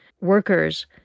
workers